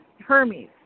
Hermes